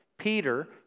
Peter